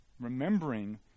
remembering